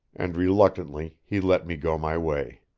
and reluctantly he let me go my way.